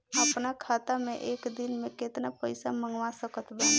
अपना खाता मे एक दिन मे केतना पईसा मँगवा सकत बानी?